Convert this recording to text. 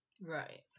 Right